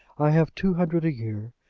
i have two hundred a year,